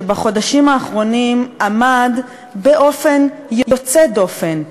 שבחודשים האחרונים עמד באופן יוצא דופן,